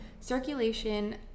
circulation